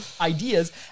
ideas